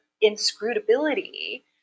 inscrutability